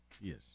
yes